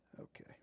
Okay